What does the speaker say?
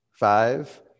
Five